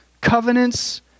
covenants